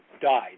died